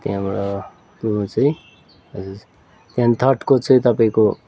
त्यहाँबाट त्यो चाहिँ त्यहाँदेखि थर्डको चाहिँ तपाईँको